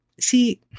see